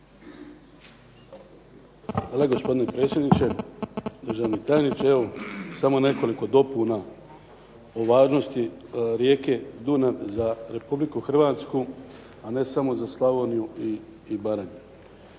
Gospodine predsjedniče, državni tajniče. Samo nekoliko dopuna o važnosti rijeke Dunav za Republiku Hrvatsku a ne samo za Slavoniju i Baranju.